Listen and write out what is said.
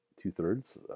two-thirds